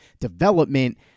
development